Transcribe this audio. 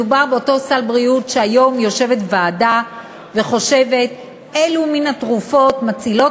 מדובר באותו סל בריאות שהיום יושבת ועדה וחושבת אילו מן התרופות מצילות